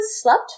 slept